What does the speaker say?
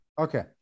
okay